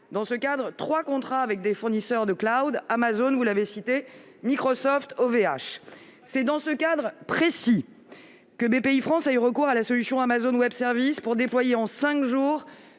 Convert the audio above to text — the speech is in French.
a noué trois contrats avec des fournisseurs de : Amazon, donc, mais aussi Microsoft et OVH. C'est dans ce cadre précis que Bpifrance a eu recours à la solution Amazon Web Services pour déployer, en cinq jours,